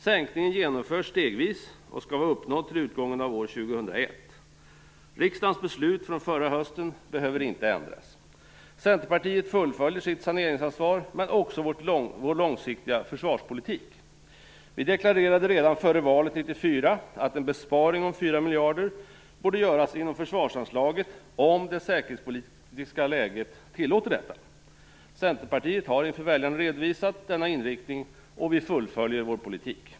Sänkningen genomförs stegvis och skall vara uppnådd till utgången av år 2001. Riksdagens beslut från förra hösten behöver inte ändras. Centerpartiet fullföljer sitt saneringsansvar men också vår långsiktiga försvarspolitik. Vi deklarerade redan före valet 1994 att en besparing om 4 miljarder borde göras inom försvarsanslaget, om det säkerhetspolitiska läget tillåter detta. Centerpartiet har inför väljarna redovisat denna inriktning, och vi fullföljer vår politik.